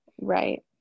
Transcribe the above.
Right